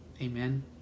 Amen